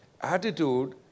Attitude